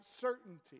certainty